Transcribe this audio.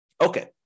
Okay